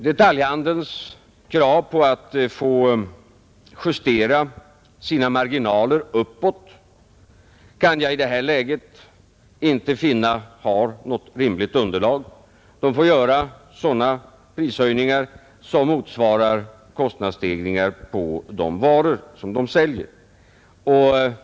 Detaljhandelns krav på att få justera sina marginaler uppåt kan jag i detta läge inte finna har något rimligt underlag. De får göra sådana prishöjningar som motsvarar kostnadsstegringar på de varor de säljer.